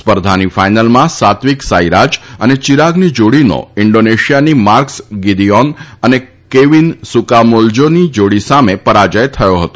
સ્પર્ધાની ફાઈનલમાં સાત્વિક સાંઈરાજ અને ચિરાગની જોડીનો ઈન્ડોનેશિયાની માર્કસ ગિદીઓન અને કેવીન સુકામુલ્જોની જોડી સામે પરાજય થયો હતો